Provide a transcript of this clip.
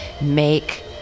make